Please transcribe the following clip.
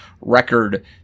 record